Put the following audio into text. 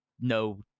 no